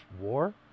war